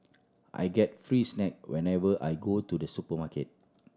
I get free snack whenever I go to the supermarket